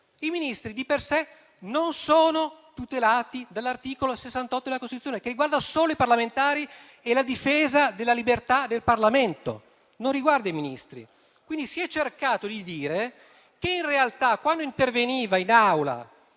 I Ministri, di per sé, non sono tutelati dall'articolo 68 della Costituzione, che riguarda solo i parlamentari e la difesa della libertà del Parlamento, non riguarda i Ministri. Quindi, si è cercato di dire che in realtà, quando interveniva in